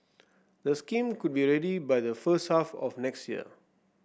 the scheme could be ready by the first half of next year